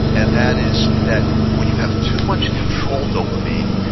and that is that when you have too much control dopamine,